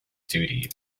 duty